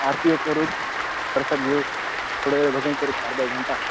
आरती हे करून प्रसाद घेऊ थोडं भजन करू अर्धा एक घंटा